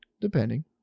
Depending